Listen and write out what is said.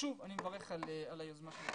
שוב, אני מברך על היוזמה של ראש העיר.